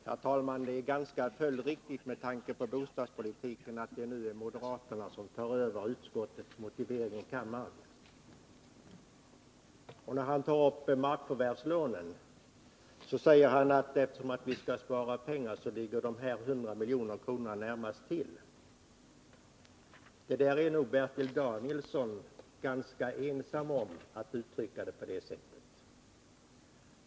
Herr talman! Det är ganska följdriktigt med tanke på bostadspolitiken att det nu är moderaterna som tar över utskottets motivering i kammaren. När Bertil Danielsson tar upp markförvärvslånen säger han, att eftersom vi skall spara pengar så ligger de här 100 miljonerna närmast till. Bertil Danielsson är nog ganska ensam om att uttrycka det på det sättet.